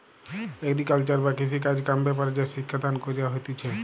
agriculture বা কৃষিকাজ কাম ব্যাপারে যে শিক্ষা দান কইরা হতিছে